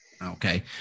Okay